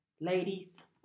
ladies